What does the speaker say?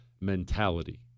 mentality